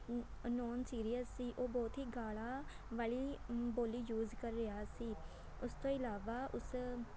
non serious ਸੀ ਉਹ ਬਹੁਤ ਹੀ ਗਾਲ਼ਾਂ ਵਾਲੀ ਬੋਲੀ ਯੂਜ਼ ਕਰ ਰਿਹਾ ਸੀ ਉਸ ਤੋਂ ਇਲਾਵਾ ਉਸ